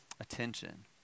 attention